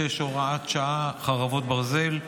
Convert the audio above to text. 66, הוראת שעה, חרבות ברזל)